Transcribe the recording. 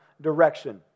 direction